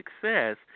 success